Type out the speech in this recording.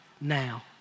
now